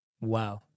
Wow